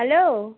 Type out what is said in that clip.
hello